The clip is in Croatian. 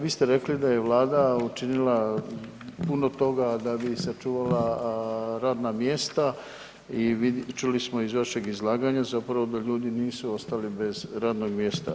Vi ste rekli da je Vlada učinila puno toga da bi sačuvala radna mjesta i čuli smo iz vašeg izlaganja zapravo da ljudi nisu ostali bez radnog mjesta.